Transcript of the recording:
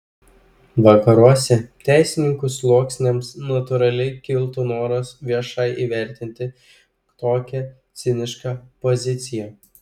vakaruose teisininkų sluoksniams natūraliai kiltų noras viešai įvertinti tokią cinišką poziciją